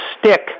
stick